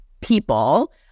people